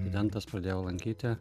studentas pradėjau lankyti